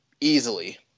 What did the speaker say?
easily